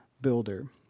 builder